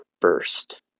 first